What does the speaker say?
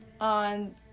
on